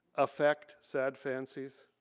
affect, sad fancies,